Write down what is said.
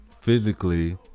Physically